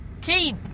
keep